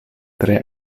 tre